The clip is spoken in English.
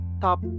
top